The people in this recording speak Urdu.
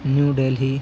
نیو دہلی